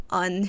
on